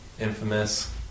Infamous